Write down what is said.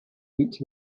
meat